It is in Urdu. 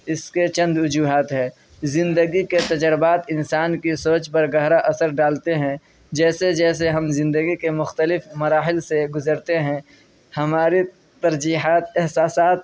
اس کے چند وجوہات ہے زندگی کے تجربات انسان کی سوچ پر گہرا اثر ڈالتے ہیں جیسے جیسے ہم زندگی کے مختلف مراحل سے گزرتے ہیں ہمارے ترجیحات احساسات